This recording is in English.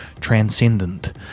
transcendent